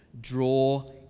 Draw